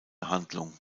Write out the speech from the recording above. handlung